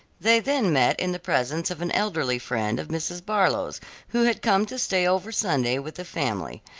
they then met in the presence of an elderly friend of mrs. barlow's who had come to stay over sunday with the family,